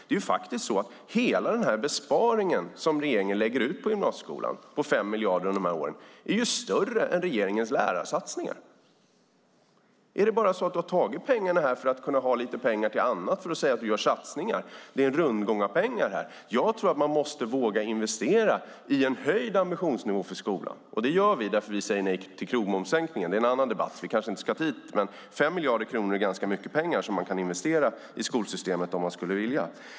Det är faktiskt så att hela den besparing på 5 miljarder under de här åren som regeringen lägger ut på gymnasieskolan är större än regeringens lärarsatsningar. Är det bara så att du har tagit pengarna här för att kunna ha lite pengar till annat och säga att du gör satsningar? Det är en rundgång av pengar. Jag tror att man måste våga investera i en höjd ambitionsnivå för skolan. Det gör vi, eftersom vi säger nej till krogmomssänkningen. Det är en annan debatt; vi kanske inte ska ta den. 5 miljarder är dock ganska mycket pengar som man kan investera i skolsystemet om man skulle vilja.